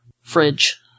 fridge